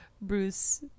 Bruce